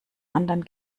anderen